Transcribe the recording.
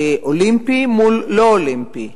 אולימפי מול לא-אולימפי.